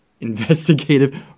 investigative